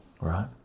right